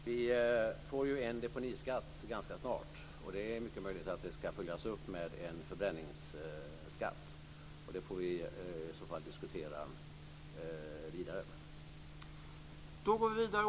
Herr talman! Vi får ju en deponiskatt ganska snart. Det är mycket möjligt att den ska följas upp med en förbränningsskatt. Det får vi i så fall diskutera vidare.